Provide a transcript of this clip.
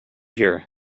here